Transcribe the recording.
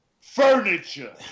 furniture